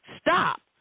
stop